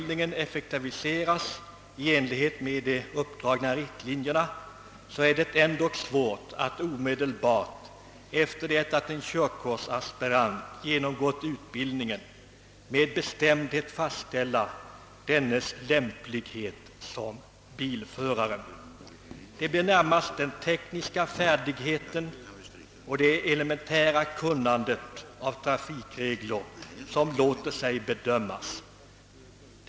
Herr talman! Jag vill bara säga några ord i anslutning till debatten om tredje lagutskottets utlåtande nr 31. I nämnda utlåtande behandlas en motion nr 907 i denna kammare. I denna motion anförs bl.a. att det finns skäl att beklaga att departementschefen avvisat tanken på provisoriska körkort. Även om förarutbildningen effektiviseras i enlighet med de uppdragna riktlinjerna, är det ändock svårt att omedelbart efter det att en körkortsaspirant har genomgått utbildningen med bestämdhet fastställa aspirantens lämplighet såsom bilförare. Det blir närmast den tekniska färdigheten och det elementära kunnandet av trafikregler som låter sig bedömas.